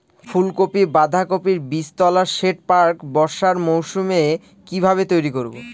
ফুলকপি বাধাকপির বীজতলার সেট প্রাক বর্ষার মৌসুমে কিভাবে তৈরি করব?